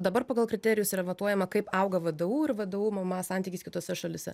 dabar pagal kriterijus yra matuojama kaip auga vdu ir vdu mma santykis kitose šalyse